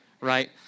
right